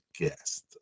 guest